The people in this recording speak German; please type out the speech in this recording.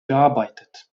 bearbeitet